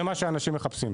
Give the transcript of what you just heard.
זה מה שאנשים מחפשים.